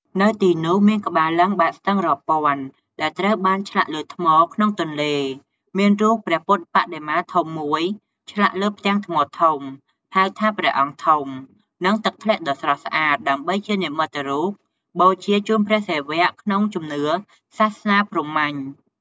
នៅទីនោះ មាន ក្បាលលិង្គបាតស្ទឹងរាប់ពាន់ ដែលត្រូវបានឆ្លាក់លើថ្មក្នុងទន្លេ មានរូបព្រះពុទ្ធបដិមាធំមួយឆ្លាក់លើផ្ទាំងថ្មធំ ហៅថាព្រះអង្គធំ និងទឹកធ្លាក់ដ៏ស្រស់ស្អាត ដើម្បីជានិមិត្តរូបបូជាជូនព្រះសិវៈ ក្នុងជំនឿសាសនាព្រហ្មញ្ញ ។